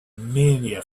mania